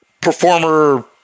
performer